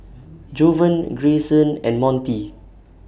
Jovan Grayson and Montie